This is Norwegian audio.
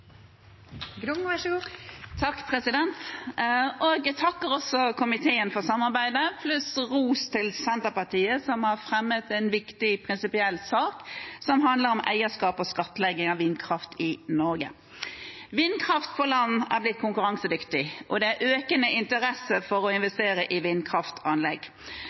Jeg takker komiteen for samarbeidet, pluss at jeg vil gi ros til Senterpartiet, som har fremmet en viktig prinsipiell sak som handler om eierskap og skattlegging av vindkraft i Norge. Vindkraft på land er blitt konkurransedyktig, og det er økende interesse for å investere i vindkraftanlegg.